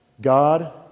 God